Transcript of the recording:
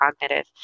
cognitive